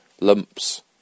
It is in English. lumps